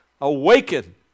Awaken